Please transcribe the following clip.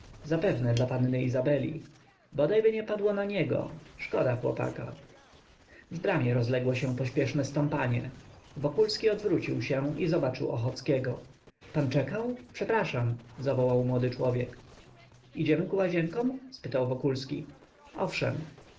zapewne dla panny izabeli bodajby nie padło na niego szkoda chłopaka w bramie rozległo się pośpieszne stąpanie wokulski odwrócił się i zobaczył ochockiego pan czekał przepraszam zawołał młody człowiek idziemy ku łazienkom spytał wokulski owszem